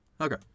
Okay